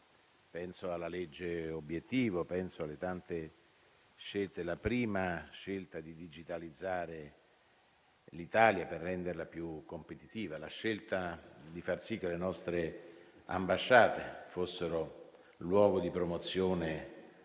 Penso alla legge obiettivo; penso alle tante scelte, come la prima di digitalizzare l'Italia per renderla più competitiva; penso alla scelta di far sì che le nostre ambasciate fossero luogo di promozione